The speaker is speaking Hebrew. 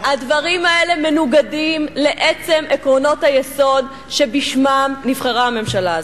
הדברים האלה מנוגדים לעצם עקרונות היסוד שבשמם נבחרה הממשלה הזאת.